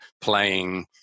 playing